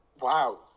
wow